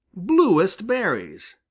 bluest berries!